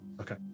okay